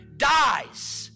dies